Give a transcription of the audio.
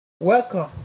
Welcome